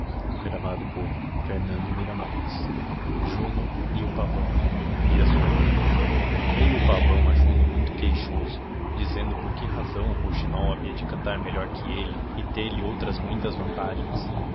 fabula vi juno e o pavão veio o pavão a juno muita queixoso dizendo por que razão o rouxinol havia de cantar melhor que elle e terihe outras muitas vantagens